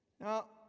Now